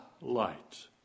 light